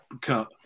cut